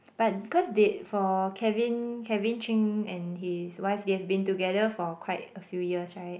but cause they for Kevin Kevin-Cheng and his wife they have been together for quite a few years right